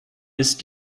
ist